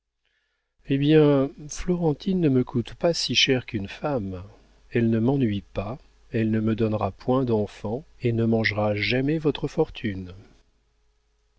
eh bien florentine ne me coûte pas si cher qu'une femme elle ne m'ennuie pas elle ne me donnera point d'enfants et ne mangera jamais votre fortune